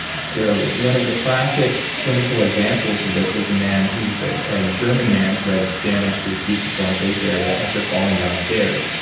so one of the classic clinical examples of this was a man, he was a german man who had damage to his fusiform face area after falling downstairs,